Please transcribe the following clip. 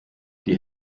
die